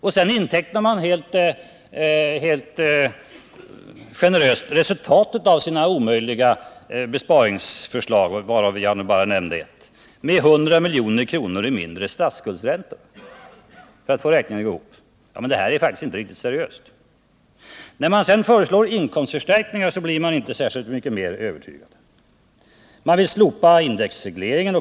Vidare intecknar man helt generöst resultatet av sina omöjliga besparingsförslag — varav jag nu bara nämnde ett — i form av en minskning av statsskuldsräntorna med 100 milj.kr. Detta är faktiskt inte seriöst. Man blir inte heller mer övertygad av förslagen till inkomstförstärkningar. Motionärerna vill t.ex. slopa indexregleringen.